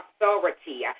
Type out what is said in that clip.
authority